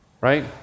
Right